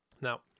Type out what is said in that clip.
Now